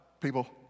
people